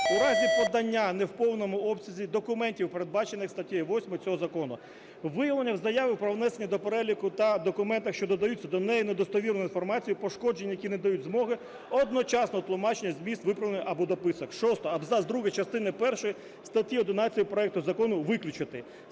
у разі подання не в повному обсязі документів, передбачених статтею 8 цього закону. Виявлення в заяві про внесення до переліку та документах, що додаються до неї, недостовірної інформації, пошкоджень, які не дають змоги одночасного тлумачення змісту, виправлення або дописок". Шосте. Абзац 2 частини першої статті 11 проекту закону виключити.